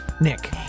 Nick